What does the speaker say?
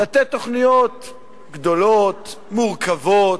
לתת תוכניות גדולות, מורכבות,